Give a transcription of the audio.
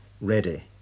ready